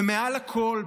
ומעל הכול,